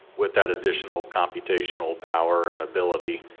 with that additional computational power and ability,